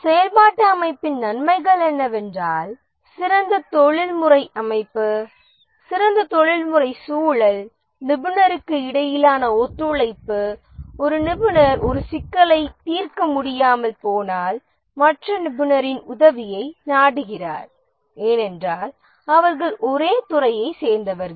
செயல்பாட்டு அமைப்பின் நன்மைகள் என்னவென்றால் சிறந்த தொழில்முறை அமைப்பு சிறந்த தொழில்முறை சூழல் நிபுணருக்கு இடையிலான ஒத்துழைப்பு ஒரு நிபுணர் ஒரு சிக்கலை தீர்க்க முடியாமல் போனால் மற்ற நிபுணரின் உதவியை நாடுகிறார் ஏனென்றால் அவர்கள் ஒரே துறையைச் சேர்ந்தவர்கள்